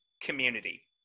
community